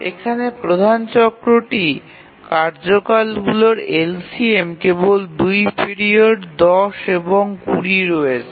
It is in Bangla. এখানে প্রধান চক্রটি কার্যকালগুলির LCM কেবল ২ পিরিয়ড ১০ এবং ২০ রয়েছে